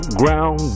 ground